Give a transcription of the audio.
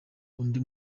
undi